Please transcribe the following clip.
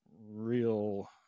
real